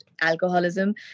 alcoholism